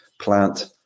plant